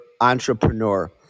entrepreneur